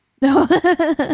No